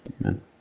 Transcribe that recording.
amen